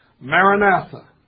Maranatha